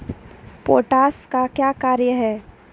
Potash का क्या कार्य हैं?